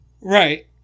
Right